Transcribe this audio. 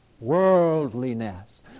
worldliness